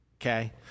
Okay